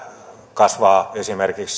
kasvaa esimerkiksi